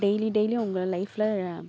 daily டெய்லியும் அவங்க லைஃப்பில்